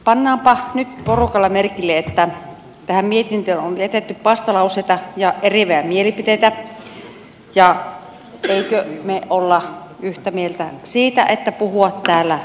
pannaanpa nyt porukalla merkille että tähän mietintöön on jätetty vastalauseita ja eriäviä mielipiteitä ja eikö me olla yhtä mieltä siitä että puhua täällä sopii